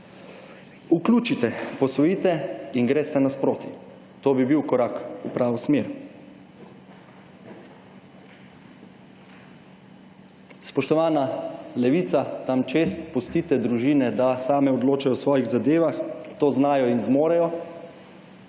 vključite, posvojite in greste nasproti. To bi bil korak v prvo smer. Spoštovana Levica, tam čez, pustite družine, da same odločajo o svojih zadevah. To znajo in zmorejo.